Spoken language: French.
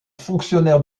fonctionnaire